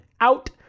out